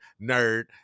nerd